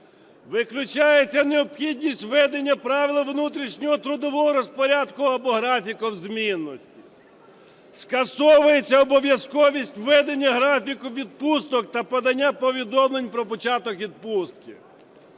Виключається необхідність введення правил внутрішнього трудового розпорядку або графіку змінності. Скасовується обов'язковість введення графіку відпусток та подання повідомлень про початок відпустки.